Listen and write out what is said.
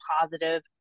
positive